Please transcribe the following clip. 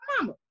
mama